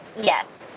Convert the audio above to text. Yes